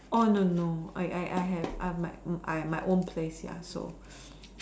oh no no no I I I have I have my my own place ya so